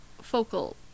Focal